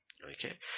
Okay